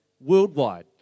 worldwide